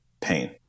pain